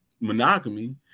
monogamy